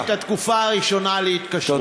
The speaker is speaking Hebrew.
ותגביל את התקופה הראשונה להתקשרות.